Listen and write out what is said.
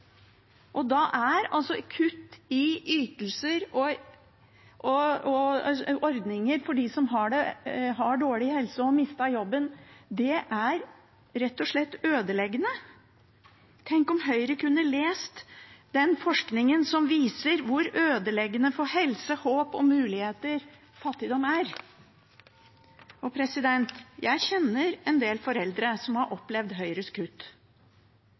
livet. Da er kutt i ytelser og ordninger for dem som har dårlig helse og har mistet jobben, rett og slett ødeleggende. Tenk om Høyre kunne lest forskningen som viser hvor ødeleggende fattigdom er for helse, håp og muligheter. Jeg kjenner en del foreldre som har opplevd Høyres kutt.